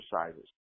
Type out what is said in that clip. exercises